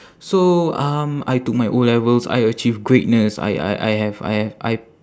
so um I took my O-levels I achieve greatness I I I have I have I